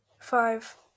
five